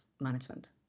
management